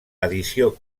edició